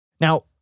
Now